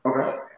Okay